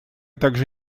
также